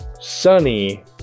sunny